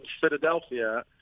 Philadelphia